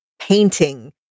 painting